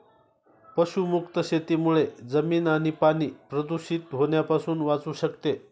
पशुमुक्त शेतीमुळे जमीन आणि पाणी प्रदूषित होण्यापासून वाचू शकते